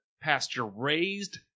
pasture-raised